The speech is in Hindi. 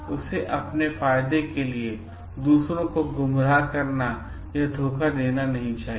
उन्हें अपने फायदे के लिए दूसरों को गुमराह करना या धोखा देना नहीं चाहिए